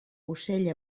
ocell